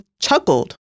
chuckled